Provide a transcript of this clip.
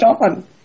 on